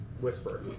Whisper